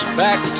back